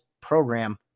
program